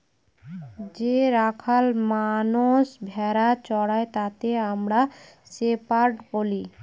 যে রাখাল মানষ ভেড়া চোরাই তাকে আমরা শেপার্ড বলি